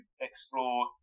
explore